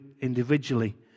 individually